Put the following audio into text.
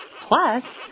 Plus